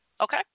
Okay